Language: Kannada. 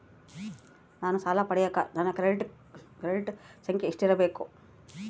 ನಾನು ಸಾಲ ಪಡಿಯಕ ನನ್ನ ಕ್ರೆಡಿಟ್ ಸಂಖ್ಯೆ ಎಷ್ಟಿರಬೇಕು?